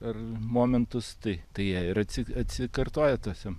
ar momentus tai tai jie ir atsi atsikartoja tuose